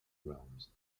realms